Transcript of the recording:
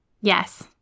Yes